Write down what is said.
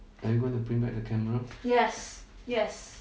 are you going to bring back the camera